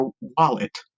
wallet